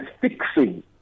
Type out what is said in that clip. fixing